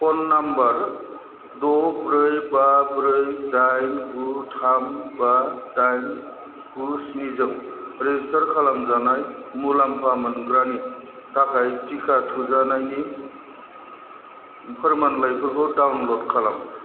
phone number द' ब्रै बा ब्रै दाइन गु थाम बा दाइन गु स्नि जों रेजिस्टार खालामजानाय मुलाम्फा मोनग्रानि थाखाय टिका थुजानायनि फोरमानलाइफोरखौ डाउनल'ड खालाम